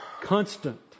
constant